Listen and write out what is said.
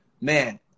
man